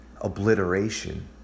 obliteration